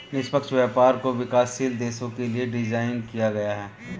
निष्पक्ष व्यापार को विकासशील देशों के लिये डिजाइन किया गया है